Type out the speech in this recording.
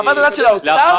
חוות הדעת של האוצר?